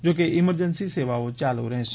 જોકે ઇમરજન્સી સેવાઓ ચાલુ રહેશે